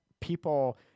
People